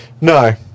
No